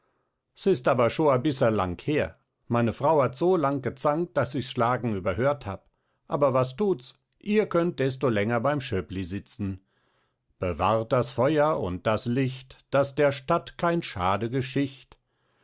s ist aber schon ein bißerl lang her meine frau hat so laut gezankt daß ichs schlagen überhört hab aber was thuts ihr könnt desto länger beim schöppli sitzen bewahrt das feuer und das licht daß der stadt kein schade geschicht